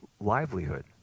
livelihood